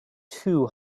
too